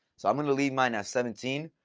so i'm going to leave mine at seventeen.